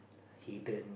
hidden